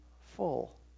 full